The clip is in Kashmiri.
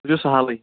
سُہ چھُ سہلٕے